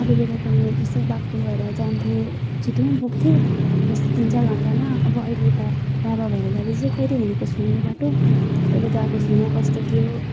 अरू बेला त म यस्तो बाघपुलबाट जान्थेँ छिटै नै पुग्थेँ यस्तो तिन चार घन्टामा अब अहिले त लाभा भएर जाँदैछु कहिले हिँडेको छुइनँ यो बाटो कहिले गएको छुइनँ कस्तो के हो